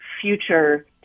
future